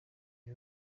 aba